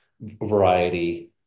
variety